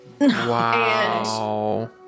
Wow